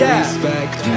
respect